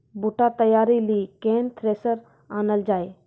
बूटा तैयारी ली केन थ्रेसर आनलऽ जाए?